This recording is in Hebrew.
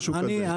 משהו כזה.